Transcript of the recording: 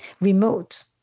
remote